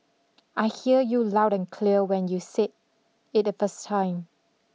I hear you loud and clear when you said it the first time